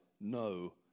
no